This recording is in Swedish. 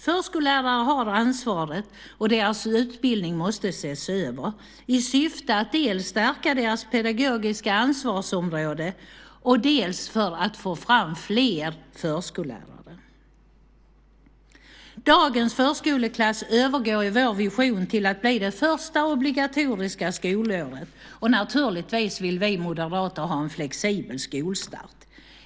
Förskollärare har ansvaret, och deras utbildning måste ses över i syfte att dels stärka deras pedagogiska ansvarsområde, dels få fram fler förskollärare. Dagens förskoleklass övergår i vår vision till att bli det första obligatoriska skolåret, och naturligtvis vill vi moderater ha en flexibel skolstart.